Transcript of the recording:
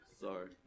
Sorry